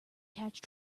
catch